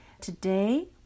Today